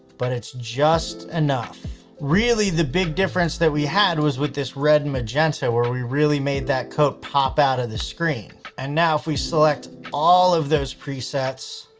but it's just enough. really the big difference that we had was with this red magenta, where we really made that coat pop out of the screen. and now if we select all of those presets,